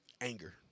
Anger